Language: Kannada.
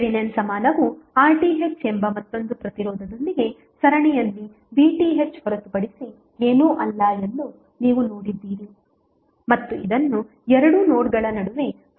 ಥೆವೆನಿನ್ ಸಮಾನವು RTh ಎಂಬ ಮತ್ತೊಂದು ಪ್ರತಿರೋಧದೊಂದಿಗೆ ಸರಣಿಯಲ್ಲಿ VTh ಹೊರತುಪಡಿಸಿ ಏನೂ ಅಲ್ಲ ಎಂದು ನೀವು ನೋಡಿದ್ದೀರಿ ಮತ್ತು ಇದನ್ನು ಎರಡು ನೋಡ್ಗಳ ನಡುವೆ ಪರಿಗಣಿಸಲಾಗಿದೆ